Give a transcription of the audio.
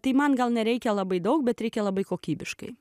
tai man gal nereikia labai daug bet reikia labai kokybiškai